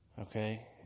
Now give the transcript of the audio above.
okay